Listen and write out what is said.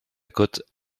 côte